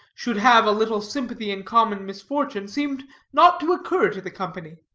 should have a little sympathy in common misfortune, seemed not to occur to the company.